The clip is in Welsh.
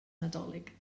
nadolig